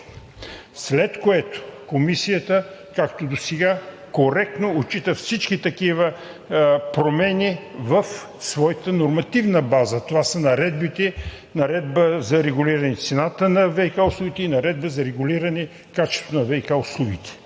След което Комисията, както досега, коректно отчита всички такива промени в своята нормативна база. Това са наредбите – Наредбата за регулиране цената на ВиК услугите, и Наредбата за регулиране качеството на ВиК услугите.